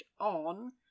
on